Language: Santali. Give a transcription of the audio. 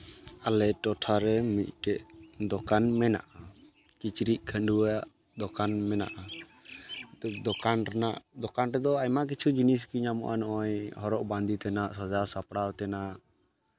ᱟᱞᱮ ᱴᱚᱴᱷᱟᱨᱮ ᱢᱤᱫᱴᱮᱮᱡ ᱫᱚᱠᱟᱱ ᱢᱮᱱᱟᱜᱼᱟ ᱠᱤᱪᱨᱤᱡ ᱠᱷᱟᱺᱰᱩᱣᱟᱹᱜ ᱫᱚᱠᱟᱱ ᱢᱮᱱᱟᱜᱼᱟ ᱱᱤᱛᱚᱜ ᱫᱳᱠᱟᱱ ᱨᱮᱱᱟᱜ ᱫᱳᱠᱟᱱ ᱨᱮᱫᱚ ᱟᱭᱢᱟ ᱠᱤᱪᱷᱩ ᱡᱤᱱᱤᱥ ᱜᱮ ᱧᱟᱢᱚᱜᱼᱟ ᱱᱚᱜᱼᱚᱸᱭ ᱦᱚᱨᱚᱜ ᱵᱟᱸᱫᱮ ᱛᱮᱱᱟᱜ ᱥᱟᱡᱟᱣ ᱥᱟᱯᱲᱟᱣ ᱛᱮᱱᱟᱜ